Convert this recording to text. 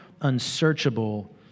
unsearchable